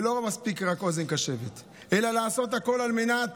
ולא מספיקה רק אוזן קשבת אלא, לעשות הכול על מנת